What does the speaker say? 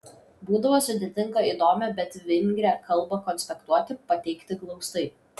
būdavo sudėtinga įdomią bet vingrią kalbą konspektuoti pateikti glaustai